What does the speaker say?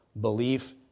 belief